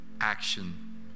action